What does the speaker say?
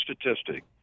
statistic